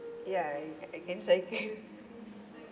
ya I I can cycle